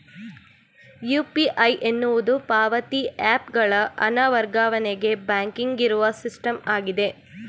UPI ಎನ್ನುವುದು ಪಾವತಿ app ಗಳ ಹಣ ವರ್ಗಾವಣೆಗೆ ಬ್ಯಾಂಕಿಂಗ್ ಇರುವ ಸಿಸ್ಟಮ್ ಆಗಿದೆ